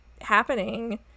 happening